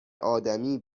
آدمی